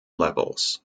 levels